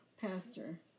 pastor